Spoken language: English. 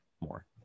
more